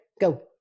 go